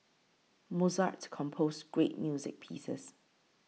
Mozart composed great music pieces